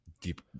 deep